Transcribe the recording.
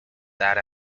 that